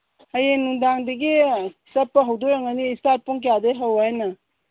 ꯍꯌꯦꯡ ꯅꯨꯡꯗꯥꯡꯗꯒꯤ ꯆꯠꯄ ꯍꯧꯗꯣꯏ ꯑꯣꯏꯔꯝꯒꯅꯤ ꯏꯁꯇꯥꯔꯠ ꯄꯨꯡ ꯀꯌꯥꯗꯒꯤ ꯍꯧ ꯍꯥꯏꯅꯣ